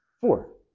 Four